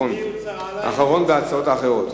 אחרון בהצעות האחרות.